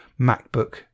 MacBook